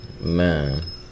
Man